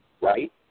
Right